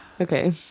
Okay